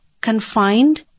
confined